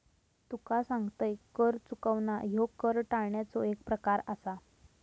तुका सांगतंय, कर चुकवणा ह्यो कर टाळण्याचो एक प्रकार आसा